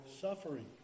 suffering